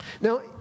Now